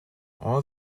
all